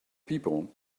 people